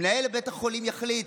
מנהל בית החולים יחליט.